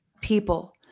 people